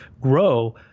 grow